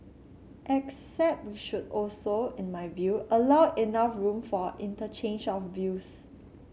except we should also in my view allow enough room for interchange of views